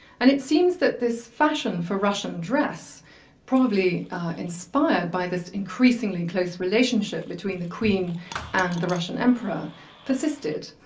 and it seems that this fashion for russian dress probably inspired by this increasingly close relationship between the queen and the russian emperor persisted.